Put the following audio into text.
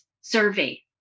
survey